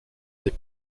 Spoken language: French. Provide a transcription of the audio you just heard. des